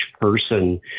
person